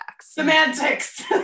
Semantics